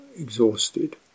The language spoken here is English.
exhausted